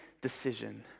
decision